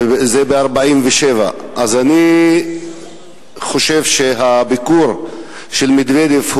וזה ב-47' אז אני חושב שהביקור של מדוודב הוא